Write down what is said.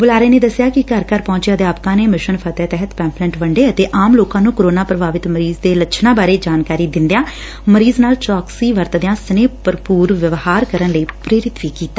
ਬੁਲਾਰੇ ਨੇ ਦੱਸਿਆ ਕਿ ਘਰ ਘਰ ਪਹੁੰਚੇ ਅਧਿਆਪਕਾਂ ਨੇ ਮਿਸ਼ਨ ਫਤਹਿ ਤਹਿਤ ਪੈਂਫਲਿਟ ਵੰਡੇ ਅਤੇ ਆਮ ਲੋਕਾਂ ਨੂੰ ਕੋਰੋਨਾ ਪ੍ਰਭਾਵਿਤ ਮਰੀਜ਼ ਦੇ ਲੱਛਣਾਂ ਬਾਰੇ ਜਾਣਕਾਰੀ ਦਿੰਦਿਆਂ ਮਰੀਜ਼ ਨਾਲ ਚੌਕਸੀ ਵਰਤਦਿਆਂ ਸਨੇਹ ਭਰਪੁਰ ਵਿਵਹਾਰ ਕਰਨ ਲਈ ਪ੍ਰੇਰਿਤ ਕੀਤਾ